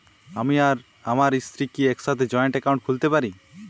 আমি আর আমার স্ত্রী কি একসাথে জয়েন্ট অ্যাকাউন্ট খুলতে পারি?